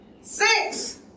six